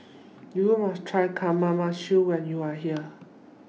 YOU must Try Kamameshi when YOU Are here